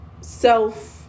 self